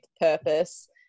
purpose